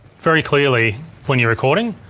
very clearly when you're recording